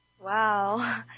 Wow